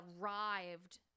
arrived